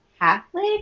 Catholic